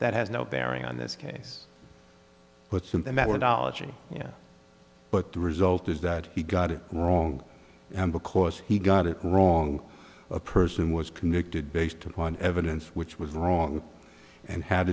that has no bearing on this case but since the methodology yeah but the result is that he got it wrong and because he got it wrong a person was convicted based upon evidence which was wrong and had